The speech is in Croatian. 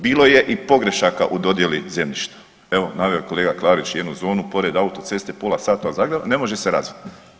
Bilo je i pogrešaka u dodjeli zemljišta, evo, naveo je kolega Klarić jednu zonu pored autoceste pola sata od Zagreba, ne može se razviti.